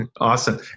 Awesome